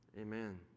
Amen